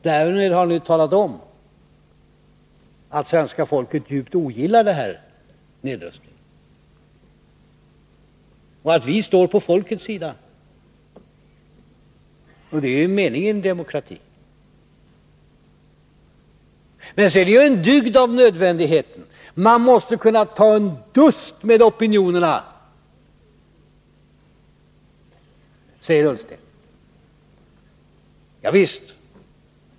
Därmed har ni talat om att svenska folket djupt ogillar den här nedrustningen och att vi står på folkets sida. Det är ju meningen i en demokrati. Men sedan gör man en dygd av nödvändigheten. Man måste kunna ta en dust med opinionerna, säger Ola Ullsten. Javisst.